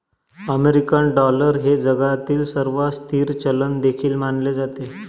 American dollar हे जगातील सर्वात स्थिर चलन देखील मानले जाते